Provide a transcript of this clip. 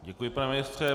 Děkuji, pane ministře.